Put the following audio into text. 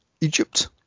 Egypt